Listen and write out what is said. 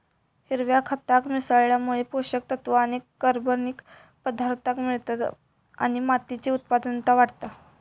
हिरव्या खताक मिसळल्यामुळे पोषक तत्त्व आणि कर्बनिक पदार्थांक मिळतत आणि मातीची उत्पादनता वाढता